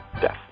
death